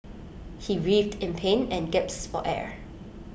he writhed in pain and gasped for air